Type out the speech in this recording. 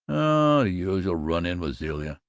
oh, the usual. run-in with zilla.